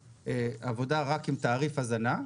מעבודה רק עם תעריף הזנה,